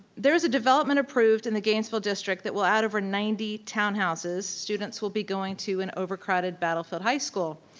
there was a development approved in the gainesville district that will add over ninety townhouses. students will be going to an overcrowded battlefield high school.